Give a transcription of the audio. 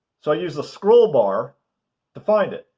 so, i use the scroll bar to find it.